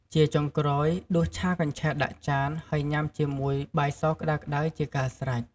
ជាចុងក្រោយ ដួសឆាកញ្ឆែតដាក់ចាន ហើយញ៉ាំជាមួយ បាយសក្តៅៗជាការស្រេច។